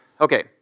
Okay